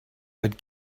but